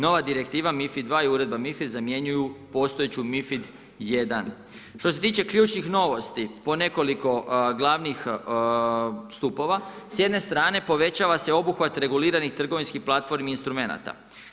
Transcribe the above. Nova direktiva MiFID II i uredba MiFIR zamjenjuju postojeću MiFID I. Što se tiče ključnih novosti po nekoliko glavnih stupova, s jedne strane povećava se obuhvat reguliranih trgovinskih platformi i instrumenata.